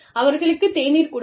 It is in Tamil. அவர்களுக்கு தேநீர் கொடுங்கள்